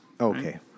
Okay